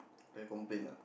I complain ah